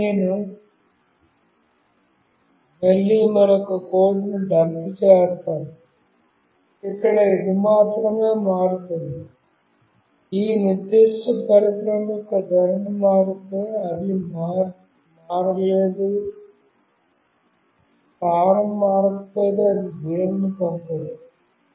ఇప్పుడు నేను మళ్ళీ మరొక కోడ్ను డంప్ చేస్తాను ఇక్కడ అది మాత్రమే మారుతుంది ఈ నిర్దిష్ట పరికరం యొక్క ధోరణి మారితే అది మారదు లేదా స్థానం మారకపోతే అది దేనినీ పంపదు